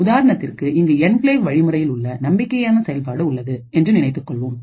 உதாரணத்திற்குஇங்கு enclave வழிமுறையில் உள்ள நம்பிக்கையான செயல்பாடு உள்ளது என்று நினைத்துக் கொள்வோம்